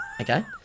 Okay